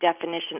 definition